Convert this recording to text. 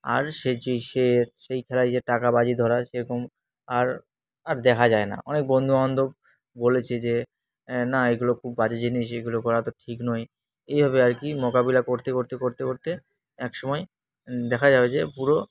আর সে যে সে সেই খেলায় যে টাকা বাজি ধরা সেরকম আর আর দেখা যায় না অনেক বন্ধুবান্ধব বলেছে যে না এগুলো খুব বাজে জিনিস এগুলো করা তো ঠিক নয় এইভাবে আর কি মোকাবিলা করতে করতে করতে করতে এক সময় দেখা যাবে যে পুরো